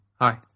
Hi